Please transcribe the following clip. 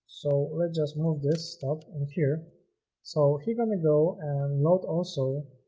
so let's just move this stop here so here gonna go and not also